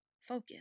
focus